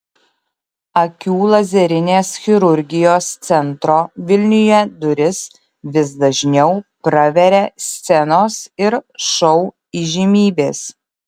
akių lazerinės chirurgijos centro vilniuje duris vis dažniau praveria scenos ir šou įžymybės